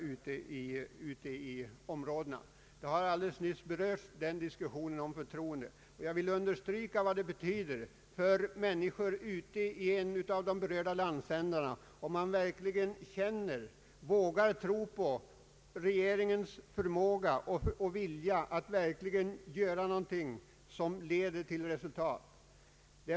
Denna diskussion om förtroende har alldeles nyss berörts, men jag vill understryka vad det betyder för människorna i ifrågavarande landsändar, om de verkligen kan våga tro på regeringens förmåga och vilja att göra någonting som leder till resultat.